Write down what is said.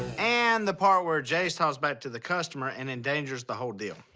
and the part where jase talks back to the customer and endangers the whole deal.